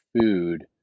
food